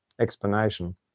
explanation